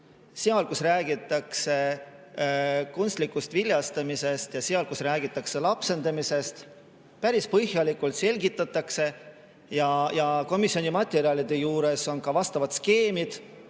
seaduses räägitakse kunstlikust viljastamisest. Ja seal, kus räägitakse lapsendamisest, päris põhjalikult selgitatakse ja komisjoni materjalide juures on ka vastavad skeemid,